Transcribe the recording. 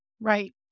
Right